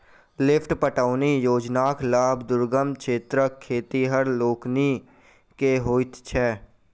lift पटौनी योजनाक लाभ दुर्गम क्षेत्रक खेतिहर लोकनि के होइत छै